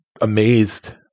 amazed